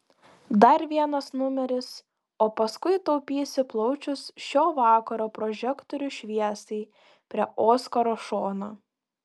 dar vienas numeris o paskui taupysiu plaučius šio vakaro prožektorių šviesai prie oskaro šono